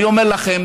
אני אומר לכם,